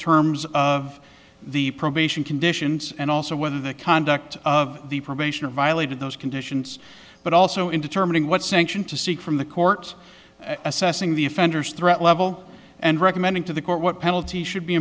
terms of the probation conditions and also whether the conduct of the probation or violated those conditions but also in determining what sanction to seek from the court assessing the offender's threat level and recommending to the court what penalty should be